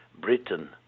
Britain